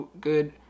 good